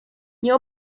nie